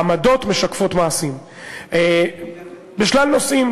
העמדות משקפות מעשים בשלל נושאים.